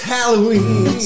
Halloween